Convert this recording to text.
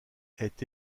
est